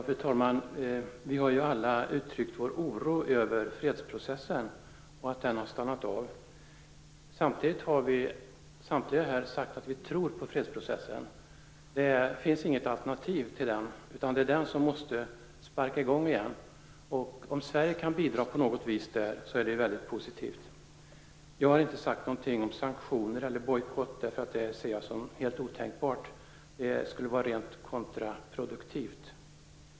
Fru talman! Vi har alla uttryckt vår oro över att fredsprocessen har stannat av. Vi har samtliga sagt att vi tror på fredsprocessen. Det finns inget alternativ till den. Fredsprocessen måste komma i gång igen. Om Sverige på något vis kan bidra, är det positivt. Jag har inte sagt någonting om sanktioner eller bojkott. Det ser jag som helt otänkbart. Det skulle vara kontraproduktivt.